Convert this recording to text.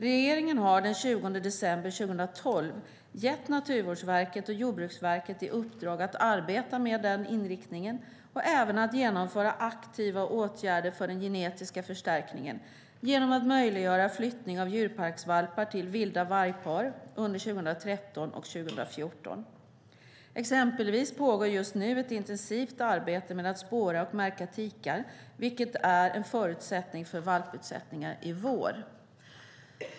Regeringen gav den 20 december 2012 Naturvårdsverket och Jordbruksverket i uppdrag att arbeta med den inriktningen och även att genomföra aktiva åtgärder för den genetiska förstärkningen genom att möjliggöra flyttning av djurparksvalpar till vilda vargpar under 2013 och 2014. Exempelvis pågår just nu ett intensivt arbete med att spåra och märka tikar, vilket är en förutsättning för valputsättningar i vår.